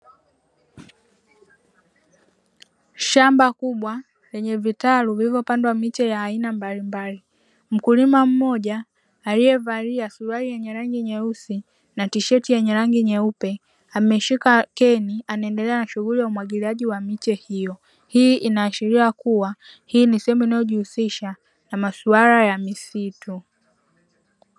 Shamba kubwa lenye vitalu vilivyo pandwa miche ya aina mbali mbali. Mkulima mmoja aliye valia suruali yenye rangi nyeusi na tisheti yenye rangi nyeupe. Ameshika keni anaendelea na shughuli ya umwagiliaji wa miche hiyo. hii inaashiria kuwa hii ni nisehemu inayo jihusisha na masuala ya misitu